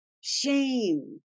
shame